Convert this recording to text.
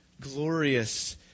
glorious